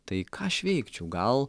tai ką aš veikčiau gal